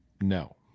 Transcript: No